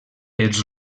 els